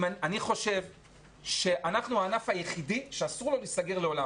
אני חושב שאנחנו הענף היחידי שאסור לו להיסגר לעולם.